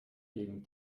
gegen